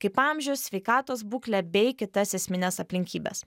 kaip amžius sveikatos būklė bei kitas esmines aplinkybes